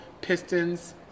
pistons